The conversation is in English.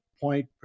point